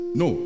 no